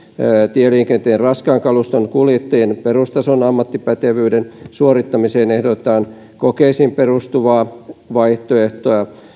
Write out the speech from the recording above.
tieliikenteen raskaan kaluston kuljettajien perustason ammattipätevyyden suorittamiseen ehdotetaan kokeisiin perustuvaa vaihtoehtoa